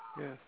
Yes